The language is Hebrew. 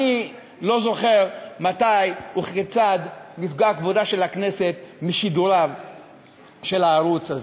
אני לא זוכר מתי וכיצד נפגע כבודה של הכנסת משידוריו של הערוץ הזה.